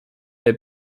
der